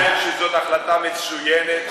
אני חושב שזו החלטה מצוינת,